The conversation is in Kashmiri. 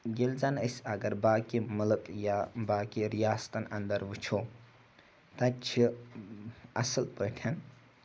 ییٚلہِ زَنہٕ أسۍ اگر باقٕے ملک یا باقٕے رِیاستَن اَندَر وٕچھو تَتہِ چھِ اَصٕل پٲٹھۍ